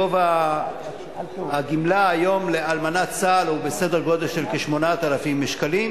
גובה הגמלה היום לאלמנת צה"ל הוא בסדר-גודל של כ-8,000 שקלים,